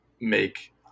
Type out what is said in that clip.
make